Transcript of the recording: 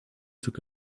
took